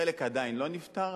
חלק עדיין לא נפתרו.